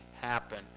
happen